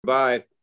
Bye